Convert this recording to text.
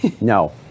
No